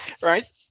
Right